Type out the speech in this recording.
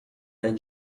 than